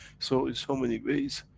so, in so many ways,